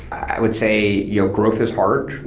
i would say your growth is hard.